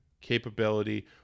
capability